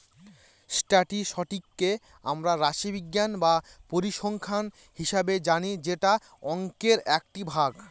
স্ট্যাটিসটিককে আমরা রাশিবিজ্ঞান বা পরিসংখ্যান হিসাবে জানি যেটা অংকের একটি ভাগ